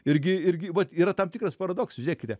irgi irgi vat yra tam tikras paradoksas žiūrėkite